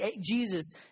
Jesus